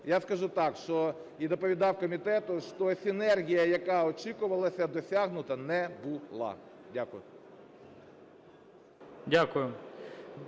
Я скажу так, і доповідав комітету, що синергія, яка очікувалася, досягнута не була. Дякую.